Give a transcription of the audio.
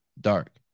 Dark